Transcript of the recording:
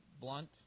blunt